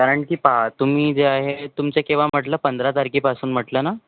कारण की पहा तुम्ही जे आहे तुमच्या केव्हा म्हटलं पंधरा तारखेपासून म्हटलं ना